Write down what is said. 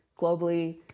globally